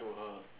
to her